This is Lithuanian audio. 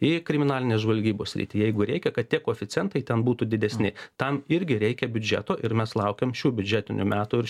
į kriminalinės žvalgybos sritį jeigu reikia kad tie koeficientai ten būtų didesni tam irgi reikia biudžeto ir mes laukiam šių biudžetinių metų ir